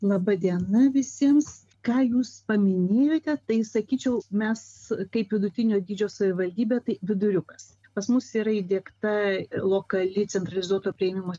laba diena visiems ką jūs paminėjote tai sakyčiau mes kaip vidutinio dydžio savivaldybė tai viduriukas pas mus yra įdiegta lokali centralizuoto priėmimo